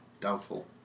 Doubtful